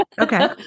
Okay